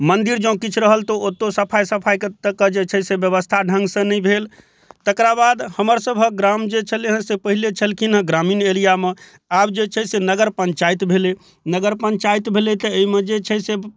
मन्दिर जॅं किछु रहल तऽ ओतौ सफाइ तफाइ तकके बेबस्था ढङ्गसँ नहि भेल तकरा बाद हमर सभक ग्राम जे छलै हँ से पहिले छलखिन हँ ग्रामीण एरियामे आब जे छै से नगर पञ्चायत भेलै नगर पञ्चायत भेलै तऽ एहिमे जे छै से